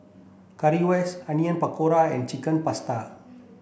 Currywurst Onion Pakora and Chicken Pasta